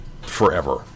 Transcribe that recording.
forever